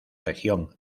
región